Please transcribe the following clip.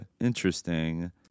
Interesting